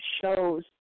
shows